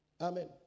Amen